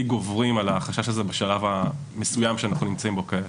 גוברים על החשש הזה בשלב המסוים שאנחנו נמצאים בו כעת.